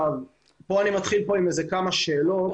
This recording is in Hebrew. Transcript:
כאן אני מגיע לשאלות שיש לי.